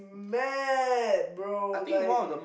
mad bro like